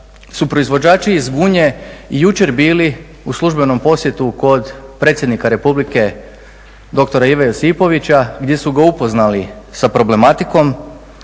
su proizvođači iz Gunje jučer bili u službenom posjetu kod predsjednika Republike dr. Ive Josipovića gdje su ga upoznali sa problematikom